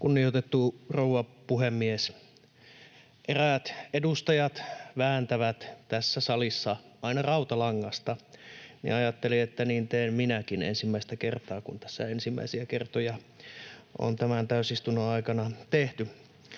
Kunnioitettu rouva puhemies! Eräät edustajat vääntävät tässä salissa aina rautalangasta, niin ajattelin, että niin teen minäkin ensimmäistä kertaa, kun tässä ensimmäisiä kertoja on tämän täysistunnon aikana tehty.